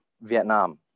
Vietnam